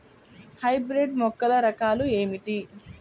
Hybrid మొక్కల రకాలు ఏమిటి?